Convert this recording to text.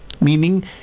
meaning